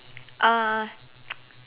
uh